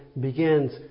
begins